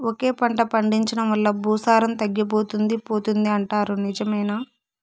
ఒకే పంట పండించడం వల్ల భూసారం తగ్గిపోతుంది పోతుంది అంటారు నిజమేనా